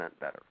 better